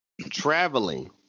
traveling